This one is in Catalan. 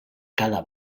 cada